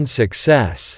success